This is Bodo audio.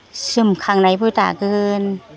जोमखांनायबो दागोन